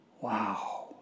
Wow